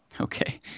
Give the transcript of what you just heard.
Okay